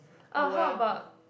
uh how about